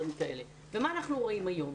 מה אנחנו רואים היום?